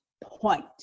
point